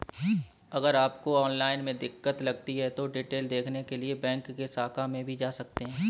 अगर आपको ऑनलाइन में दिक्कत लगती है तो डिटेल देखने के लिए बैंक शाखा में भी जा सकते हैं